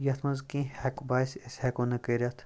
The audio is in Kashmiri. یَتھ منٛز کیٚنٛہہ ہٮ۪کہٕ باسہِ أسۍ ہٮ۪کو نہٕ کٔرِتھ